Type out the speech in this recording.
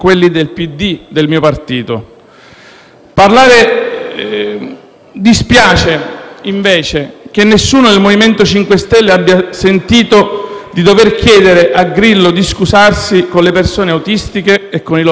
partito. Dispiace invece che nessuno del MoVimento 5 Stelle abbia sentito il dovere di chiedere a Grillo di scusarsi con le persone autistiche e con i loro familiari.